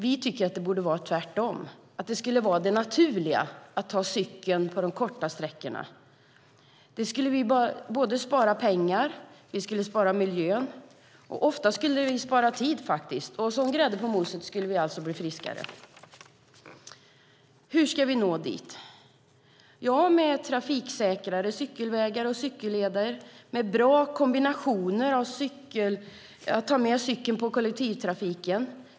Vi tycker att det borde vara tvärtom, att det skulle vara det naturliga att ta cykeln på de korta sträckorna. Vi skulle spara både pengar och miljön. Ofta skulle vi också spara tid, och som grädde på moset skulle vi bli friskare. Hur ska vi nå dit? Ja, med trafiksäkrare cykelvägar och cykelleder och möjlighet att ta med cykeln på kollektiva transportmedel.